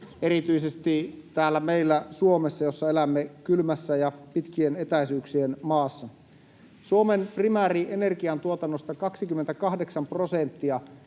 erityisesti täällä meillä Suomessa, missä elämme kylmässä ja pitkien etäisyyksien maassa. Suomen primääri-energiantuotannosta 28 prosenttia